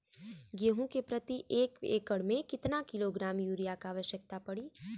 गेहूँ के प्रति एक एकड़ में कितना किलोग्राम युरिया क आवश्यकता पड़ी?